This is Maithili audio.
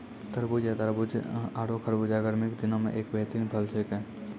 तरबूज या तारबूज आरो खरबूजा गर्मी दिनों के एक बेहतरीन फल छेकै